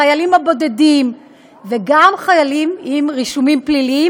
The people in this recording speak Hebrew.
החיילים הבודדים וגם חיילים עם רישומים פליליים,